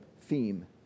theme